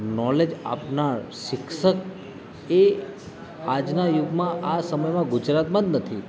knowledge આપનાર શિક્ષક એ આજના યુગમાં આ સમયમાં ગુજરાતમાં જ નથી